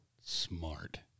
Smart